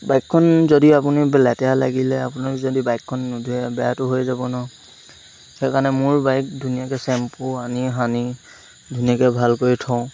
বাইকখন যদি আপুনি লেতেৰা লাগিলে আপোনাক যদি বাইকখন নুধোৱে বেয়াটো হৈ যাব ন সেইকাৰণে মোৰ বাইক ধুনীয়াকৈ চেম্পু আনি সানি ধুনীয়াকৈ ভাল কৰি থওঁ